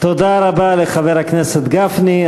תודה רבה לחבר הכנסת גפני.